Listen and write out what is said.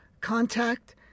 contact